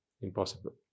impossible